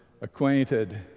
acquainted